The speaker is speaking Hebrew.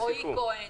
כהן,